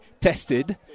tested